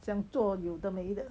这样做有的没的